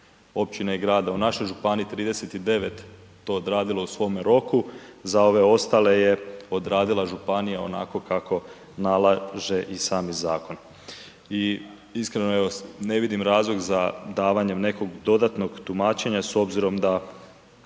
općina i grada u našoj županiji, 39 to odradilo u svome roku. Za ove ostale je odradila županija onako kako nalaže i sam zakon. I iskreno, evo, ne vidim razlog za davanje nekog dodatnog tumačenja s obzirom da